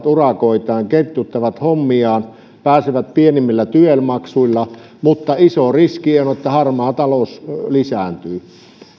urakoitaan ketjuttavat hommiaan pääsevät pienemmillä tyel maksuilla mutta iso riski on on että harmaa talous lisääntyy